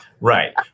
Right